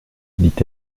dit